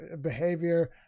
behavior